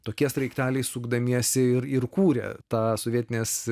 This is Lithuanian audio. tokie sraigteliai sukdamiesi ir ir kūrė tą sovietinės